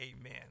amen